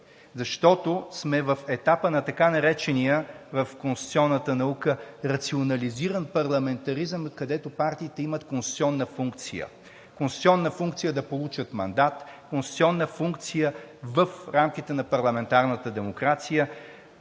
защото сме в етапа на така наречения в конституционната наука рационализиран парламентаризъм, където партиите имат конституционна функция. Конституционна функция да получат мандат, конституционна функция в рамките на парламентарната демокрация.